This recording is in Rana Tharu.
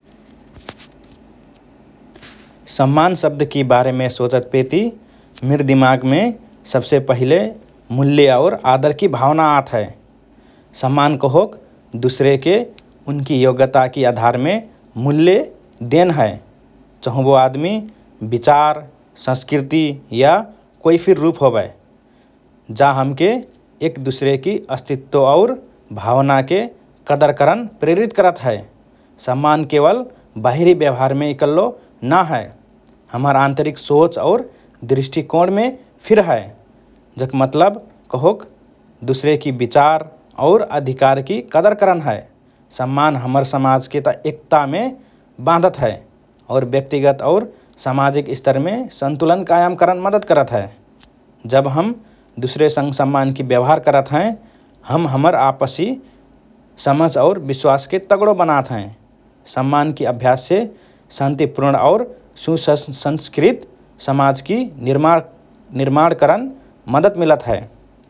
“सम्मान” शब्दकि बारेमे सोचतपेति मिर दिमागमे सबसे पहिले मूल्य और आदरकि भावना आत हए । सम्मान कहोक दुसरेके उनकि योग्यताकि आधारमे मूल्य देन हए, चहु वो आदमि, विचार, संस्कृति या कोइ फिर रुप होबए । जा हमके एक दुसरेकि अस्तित्व और भावनाके कदर करन प्रेरित करत हए । सम्मान केवल बाहिरी व्यवहारमे इकल्लो ना हए, हमर आन्तरिक सोच और दृष्टिकोणमे फिर हए । जक मतलब कहोक दुसरेकि विचार और अधिकारकि कदर करन हए । सम्मान हमर समाजके एकतामे बाँधत हए और व्यक्तिगत और सामाजिक स्तरमे सन्तुलन कायम करन मद्दत करत हए । जब हम दुसरेसँग सम्मानकि व्यवहार करत हएँ, हम हमर आपसी समझ और विश्वासके तगडो बनात हएँ । सम्मानकि अभ्याससे शान्तिपूर्ण और सुसंसंस्कृत समाजकि निर्मान निर्माण करन मद्दत मिलत हए ।